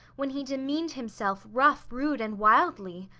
when he demean'd himself rough, rude, and wildly.